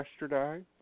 yesterday